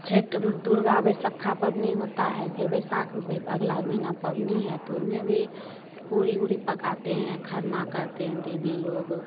छठ दुर्गा बैसक्खा पबनी होता है फिर बैसाख में भई अगला महीना पबनी है तो उनमें भी पूड़ी ऊड़ी पकाते हैं खरना करते हैं दीदी लोग